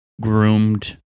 groomed